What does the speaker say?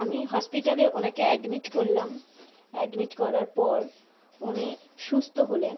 আমি হসপিটালে ওনাকে অ্যাডমিট করলাম অ্যাডমিট করার পর উনি সুস্থ হলেন